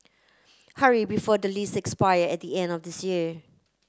hurry before the lease expire at the end of this year